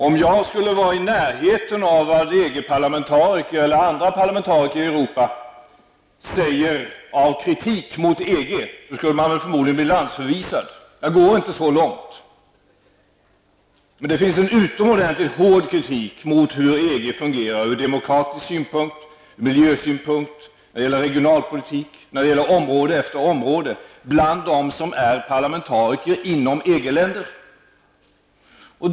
Om jag skulle vara i närheten av vad EG Europa säger av kritik mot EG skulle jag förmodligen bli landsförvist. Jag går inte så långt, men det finns en utomordentligt hård kritik mot hur EG fungerar ur demokratisk synpunkt, ur miljösynpunkt, när det gäller regionalpolitik och område efter område bland dem som är parlamentariker inom EG-länder.